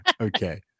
Okay